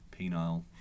penile